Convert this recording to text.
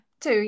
two